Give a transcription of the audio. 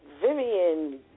Vivian